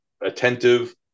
attentive